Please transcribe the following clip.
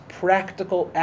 practical